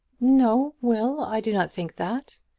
no, will i do not think that.